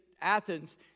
Athens